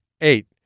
Eight